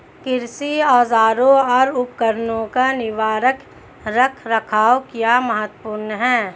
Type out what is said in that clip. कृषि औजारों और उपकरणों का निवारक रख रखाव क्यों महत्वपूर्ण है?